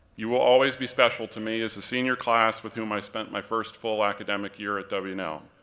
you will always be special to me as the senior class with whom i spent my first full academic year at w and l.